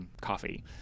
coffee